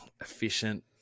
efficient